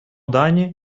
дані